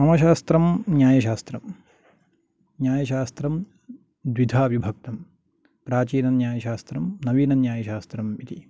मम शास्त्रं न्यायशास्त्रं न्यायशास्त्रं द्विधा विभक्तं प्राचीनन्यायशास्त्रं नवीनन्यायशास्त्रम् इति